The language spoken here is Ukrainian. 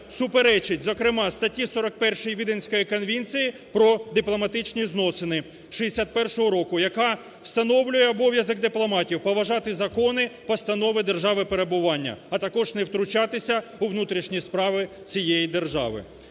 суперечить, зокрема, статті 41 Віденської конвенції про дипломатичні зносини 1961 року, яка встановлює обов'язок дипломатів поважати закони, постанови держави перебування, а також не втручатися у внутрішні справи цієї держави.